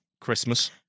Christmas